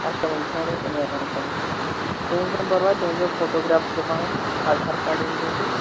اچھا وٕنہ چھُو نہٕ توہہِ کُنی ایٚکاونٹ چلان کہینۍ چھِنہٕ پرواے تُہۍ أنزیٚو فوٹوٗگراف زٕ پَنٕنۍ آدھار کارڈ أنزیٚو تُہۍ